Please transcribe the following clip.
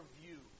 view